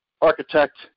architect